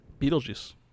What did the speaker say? Beetlejuice